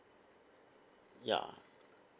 ya